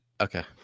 Okay